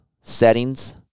settings